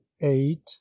eight